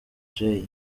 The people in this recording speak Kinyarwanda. jay